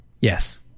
Yes